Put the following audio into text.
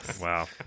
Wow